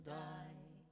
die